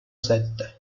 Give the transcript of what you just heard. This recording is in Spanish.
secta